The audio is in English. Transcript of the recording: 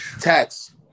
tax